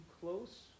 close